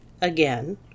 Again